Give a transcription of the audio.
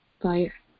fire